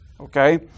okay